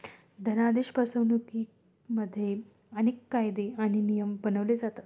धनादेश फसवणुकिमध्ये अनेक कायदे आणि नियम बनवले जातात